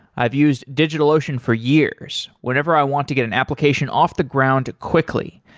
i've used digitalocean for years whenever i want to get an application off the ground quickly,